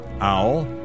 Owl